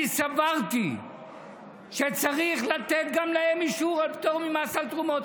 אני סברתי שצריך לתת גם להם אישור על פטור ממס על תרומות.